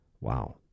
wow